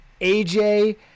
AJ